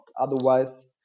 otherwise